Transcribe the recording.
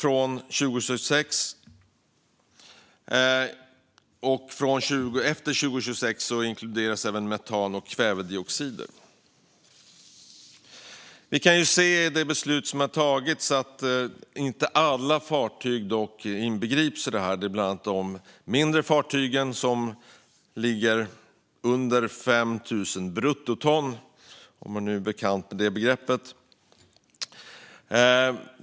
Efter 2026 inkluderas även metan och kvävedioxider. I det beslut som har tagits kan vi dock se att inte alla fartyg inbegrips. Det gäller bland annat de mindre fartygen, som ligger under 5 000 bruttoton - om man nu är bekant med det begreppet.